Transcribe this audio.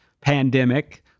pandemic